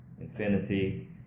infinity